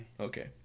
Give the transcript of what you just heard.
Okay